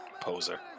Poser